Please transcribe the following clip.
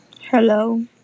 hello